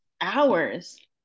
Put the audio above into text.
hours